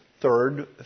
third